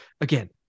again